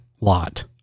lot